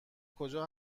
کجا